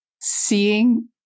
seeing